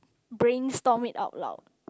brainstorm it out loud